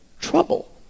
trouble